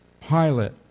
Pilate